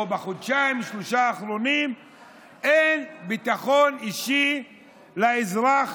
בחודשיים-שלושה האחרונים אין ביטחון אישי לאזרח